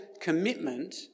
commitment